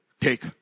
take